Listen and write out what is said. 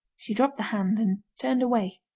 she dropped the hand and turned away.